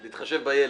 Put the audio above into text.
להתחשב בילד.